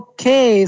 Okay